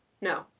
no